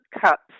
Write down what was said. cuts